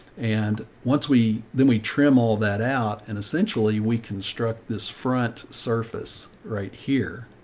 and once we, then we trim all that out. and essentially we construct this front surface right here.